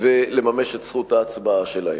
ולממש את זכות ההצבעה שלהם.